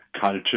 culture